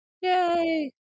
Yay